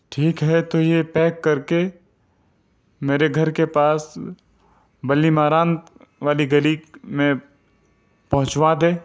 ٹھیک ہے تو یہ پیک کر کے میرے گھر کے پاس بلی ماران والی گلی میں پہنچواں دے